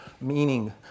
meaning